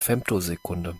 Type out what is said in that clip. femtosekunde